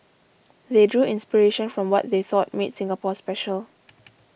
they drew inspiration from what they thought made Singapore special